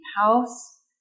house